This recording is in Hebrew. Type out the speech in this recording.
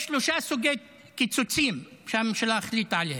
יש שלושה סוגי קיצוצים שהממשלה החליטה עליהם: